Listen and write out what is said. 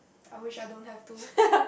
I wish I don't have to